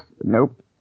Nope